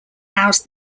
housed